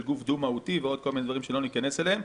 גוף דו-מהותי ועוד כל מיני דברים שלא ניכנס אליהם,